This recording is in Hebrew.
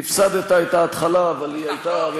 הפסדת את ההתחלה, אז תחזור, תחזור.